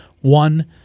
One